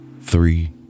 Three